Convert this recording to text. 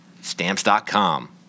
Stamps.com